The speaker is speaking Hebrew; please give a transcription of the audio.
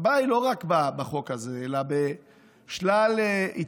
הבעיה היא לא רק בחוק הזה אלא בשלל התנהלויות